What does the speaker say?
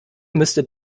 müsste